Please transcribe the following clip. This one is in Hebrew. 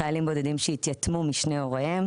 חיילים בודדים שהתייתמו משני הוריהם